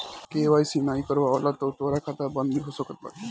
KYC नाइ करववला पअ तोहार खाता बंद भी हो सकत बाटे